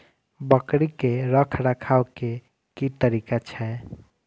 बकरी के रखरखाव के कि तरीका छै?